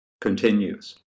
continues